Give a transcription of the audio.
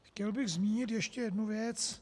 Chtěl bych zmínit ještě jednu věc.